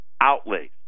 outlays